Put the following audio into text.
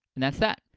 and that's that.